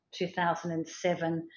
2007